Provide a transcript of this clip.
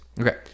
Okay